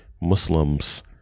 Muslims